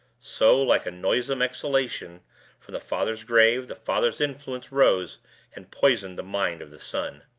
so, like a noisome exhalation from the father's grave, the father's influence rose and poisoned the mind of the son.